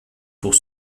pour